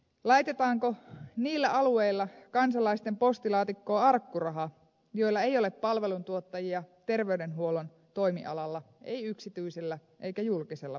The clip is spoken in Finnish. laitetaanko niillä alueilla kansalaisten postilaatikkoon arkkuraha joilla ei ole palveluntuottajia terveydenhuollon toimialalla ei yksityisellä eikä julkisella puolella